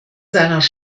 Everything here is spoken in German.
seiner